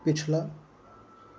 पिछला